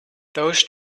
those